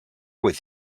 with